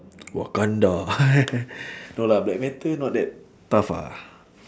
wakanda no lah black panther not that tough lah